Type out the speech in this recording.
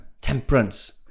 temperance